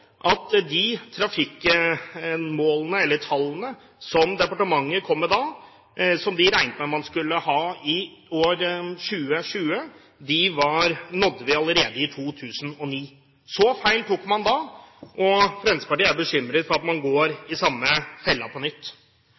at de trafikktallene som departementet kom med da, som de regnet med at man skulle nå i 2020, nådde vi allerede i 2009. Så feil tok man da, og Fremskrittspartiet er bekymret for at man går i samme fella på nytt.